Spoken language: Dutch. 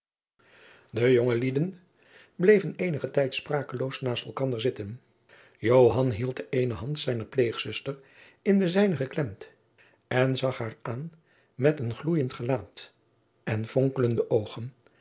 venster de jongelieden bleven eenigen tijd sprakeloos naast elkanderen zitten joan hield de eene hand zijner pleegzuster in de zijne geklemd en zag haar aan met een gloeiend gelaat en vonkelende oogen